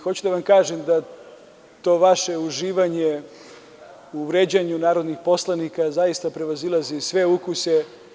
Hoću da vam kažem da to vaše uživanje u vređanju narodnih poslanika zaista prevazilazi sve ukuse.